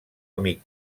amic